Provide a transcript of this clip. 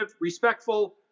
respectful